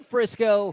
Frisco